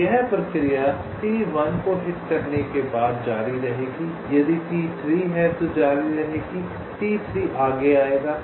इसलिए यह प्रक्रिया T1 को हिट करने के बाद जारी रहेगी यदि T3 है तो यह जारी रहेगी T3 आगे आएगा